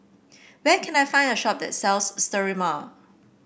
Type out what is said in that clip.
where can I find a shop that sells Sterimar